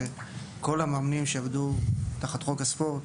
כך שכל המאמנים שעבדו תחת חוק הספורט